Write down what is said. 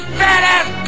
fat-ass